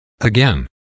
Again